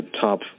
top